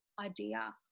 idea